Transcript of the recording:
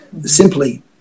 simply